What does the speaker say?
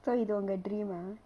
so இது ஒங்க:ithu onga dream ah